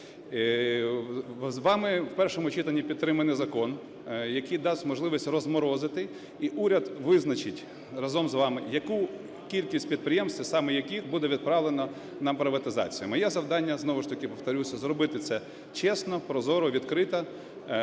Вами в першому читанні підтриманий закон, який дасть можливість розморозити, і уряд визначить разом з вами, яку кількість підприємств і саме яких буде відправлено на приватизацію. Моє завдання, знову ж таки повторюся, зробити це чесно, прозоро, відкрито.